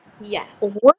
Yes